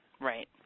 Right